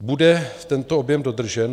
Bude tento objem dodržen?